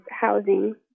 housing